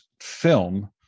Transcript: film